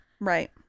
Right